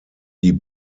die